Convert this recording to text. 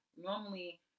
Normally